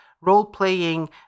role-playing